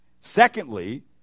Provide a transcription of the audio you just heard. Secondly